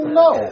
no